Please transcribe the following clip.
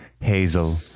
hazel